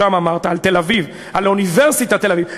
שם אמרת על תל-אביב, על אוניברסיטת תל-אביב.